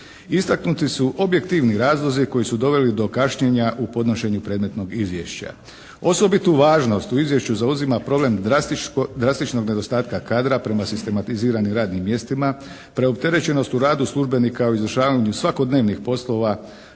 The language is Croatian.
Istaknuti su objektivni razlozi koji su doveli do kašnjenja u podnošenju predmetnog izvješća. Osobitu važnost u izvješću zauzima problem drastičnog nedostatka kadra prema sistematiziranim radnim mjestima. Preopterećenost u radu službenika u izvršavanju svakodnevnih poslova